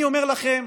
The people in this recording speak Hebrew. אני אומר לכם,